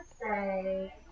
Say